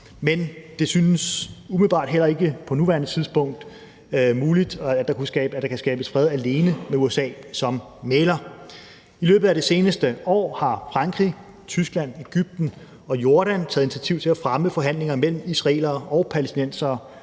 på nuværende tidspunkt muligt, at der kan skabes fred alene med USA som mægler. I løbet af det seneste år har Frankrig, Tyskland, Egypten og Jordan taget initiativ til at fremme forhandlinger mellem israelere og palæstinensere.